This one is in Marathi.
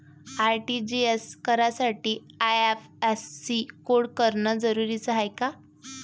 आर.टी.जी.एस करासाठी आय.एफ.एस.सी कोड असनं जरुरीच हाय का?